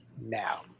Now